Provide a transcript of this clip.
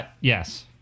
Yes